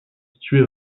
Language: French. située